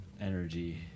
energy